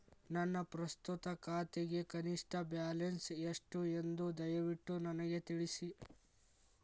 ನನ್ನ ಪ್ರಸ್ತುತ ಖಾತೆಗೆ ಕನಿಷ್ಟ ಬ್ಯಾಲೆನ್ಸ್ ಎಷ್ಟು ಎಂದು ದಯವಿಟ್ಟು ನನಗೆ ತಿಳಿಸಿ